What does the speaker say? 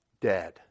Dead